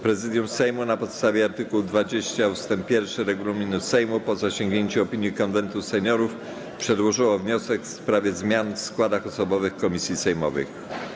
Prezydium Sejmu na podstawie art. 20 ust. 1 regulaminu Sejmu, po zasięgnięciu opinii Konwentu Seniorów, przedłożyło wniosek w sprawie zmian w składach osobowych komisji sejmowych.